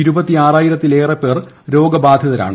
ഇരുപത്തിയാറായിരത്തിലേറെ പേർ രോഗ ബാധിതരാണ്